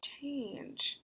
change